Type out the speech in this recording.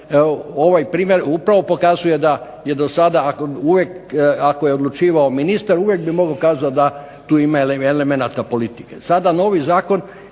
ovaj primjer upravo pokazuje da je do sada, ako je odlučivao ministar, uvijek bi mogao kazati da tu ima elemenata politike.